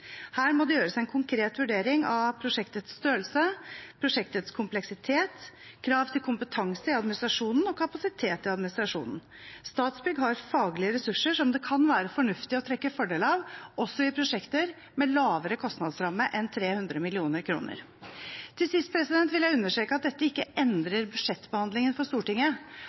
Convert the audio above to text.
Her må det gjøres en konkret vurdering av prosjektets størrelse, prosjektets kompleksitet, krav til kompetanse i administrasjonen og kapasitet i administrasjonen. Statsbygg har faglige ressurser som det kan være fornuftig å trekke fordel av, også i prosjekter med lavere kostnadsramme enn 300 mill. kr. Til sist vil jeg understreke at dette ikke endrer budsjettbehandlingen for Stortinget.